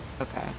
Okay